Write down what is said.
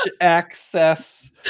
access